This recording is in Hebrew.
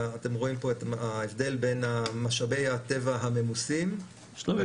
אתם רואים פה את ההבדל בין משאבי הטבע הממוסים --- שלומי,